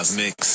mix